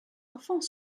enfants